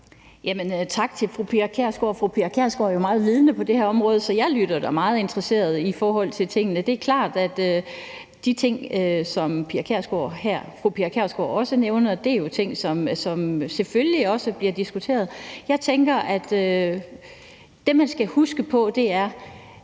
Tak til fru Pia Kjærsgaard. Fru Pia Kjærsgaard er jo meget vidende på det her område, så jeg lytter da meget interesseret i forhold til tingene. Det er klart, at de ting, som fru Pia Kjærsgaard også nævner, er ting, som selvfølgelig også bliver diskuteret. Det, man skal huske på – og